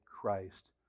Christ